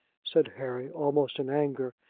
said harry, almost in anger.